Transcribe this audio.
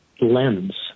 lens